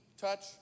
touch